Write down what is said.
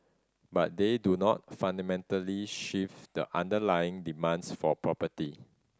but they do not fundamentally shift the underlying demands for property